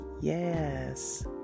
Yes